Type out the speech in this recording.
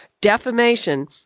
defamation